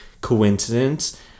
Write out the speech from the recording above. coincidence